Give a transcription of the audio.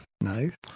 Nice